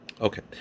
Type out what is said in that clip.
Okay